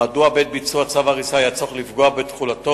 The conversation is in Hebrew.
לביצוע צו עיקול.